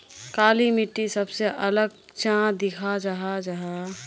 काली मिट्टी सबसे अलग चाँ दिखा जाहा जाहा?